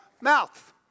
mouth